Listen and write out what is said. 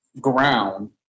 ground